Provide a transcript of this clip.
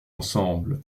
ensemble